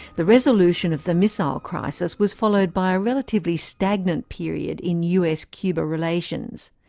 the resolution of the missile crisis was followed by a relatively stagnant period in us-cuba relations.